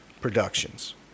productions